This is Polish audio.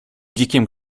dzikim